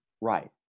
Right